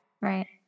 Right